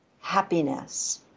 happiness